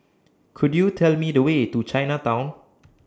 Could YOU Tell Me The Way to Chinatown